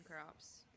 crops